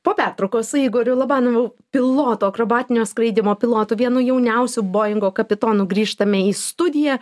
po pertraukos su igoriu lobanovu piloto akrobatinio skraidymo pilotu vienu jauniausiu bojingo kapitonu grįžtame į studiją